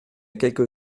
quelque